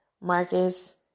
Marcus